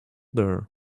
there